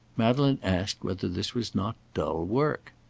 madeleine asked whether this was not dull work.